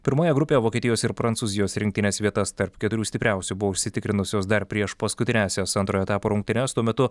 pirmoje grupėje vokietijos ir prancūzijos rinktinės vietas tarp keturių stipriausių buvo užsitikrinusios dar prieš paskutiniąsias antrojo etapo rungtynes tuo metu